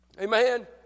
Amen